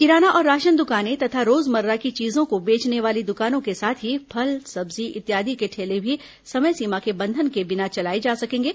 किराना और राशन दुकानें तथा रोजमर्रा की चीजों को बेचने वाली दुकानों के साथ ही फल सब्जी इत्यादि के ठेले भी समय सीमा के बंधन के बिना चलाए जा सकेंगे